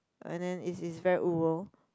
and then it's it's very rural